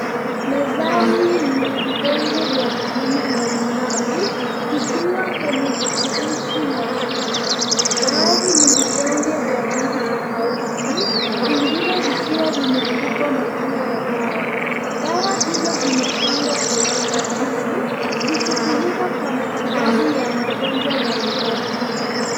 Mezani mna vidonge vya aina mbalimbali vikiwa kwenye vifurushi na chupa. Baadhi ni vidonge vya rangi tofauti, vingine vikiwa vimeandikwa majina ya dawa. Dawa hizo zimepangwa kwa utaratibu, zikitumika kwa matibabu ya magonjwa mbalimbali.